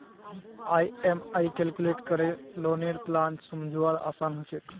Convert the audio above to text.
EMI calculate करे लौनेर plan समझवार आसान ह छेक